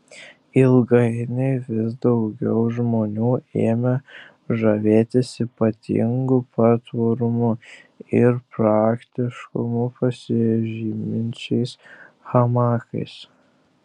ilgainiui vis daugiau žmonių ėmė žavėtis ypatingu patvarumu ir praktiškumu pasižyminčiais hamakais